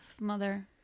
mother